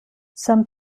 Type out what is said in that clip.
some